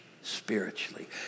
spiritually